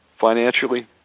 financially